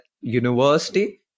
university